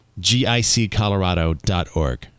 GICcolorado.org